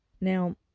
Now